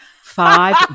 Five